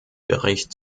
bericht